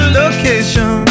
location